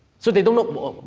so they don't know,